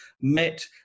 met